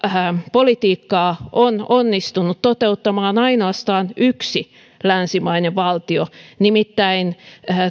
politiikkaa on onnistunut toteuttamaan ainoastaan yksi länsimainen valtio nimittäin